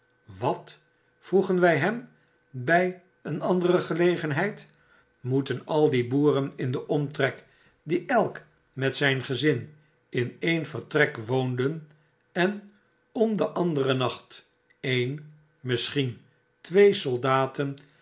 wat vroegen wy hem by een andere gelegenheid moeten al die boeren in den omtrek die elk met zyn gezin in een vertrek woonden en om den anderen nacht een